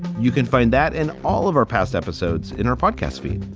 you can find that in all of our past episodes in our podcast feed